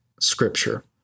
scripture